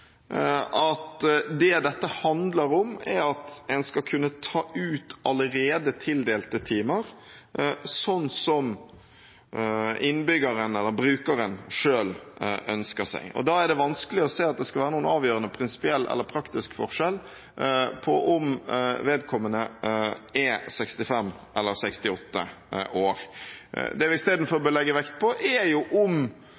at det dette handler om, er at en skal kunne ta ut allerede tildelte timer, slik brukeren selv ønsker. Da er det vanskelig å se at det skal være noen avgjørende prinsipiell eller praktisk forskjell på om vedkommende er 65 eller 68 år. Det vi istedenfor